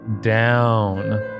down